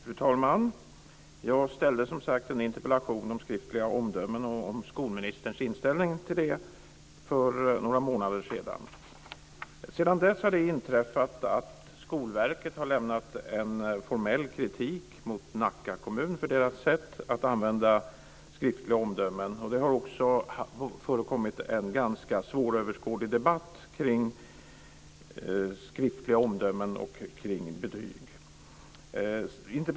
Fru talman! Jag ställde som sagt en interpellation om skriftliga omdömen och om skolministerns inställning till det för några månader sedan. Sedan dess har det inträffat att Skolverket har lämnat en formell kritik mot Nacka kommun för dess sätt att använda skriftliga omdömen, och det har också förekommit en ganska svåröverskådlig debatt kring skriftliga omdömen och kring betyg.